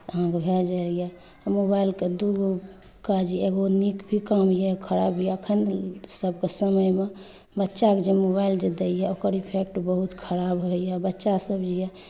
अहाँकेँ भए जाइए मोबाइलकऽ दू गो काज यऽ एगो नीक भी काम यऽ एगो खराब यऽ एखनका समयमे बच्चाकेँ जे मोबाइल जे दैए ओकर इफेक्ट बहुत खराब होइए बच्चा सभ यऽ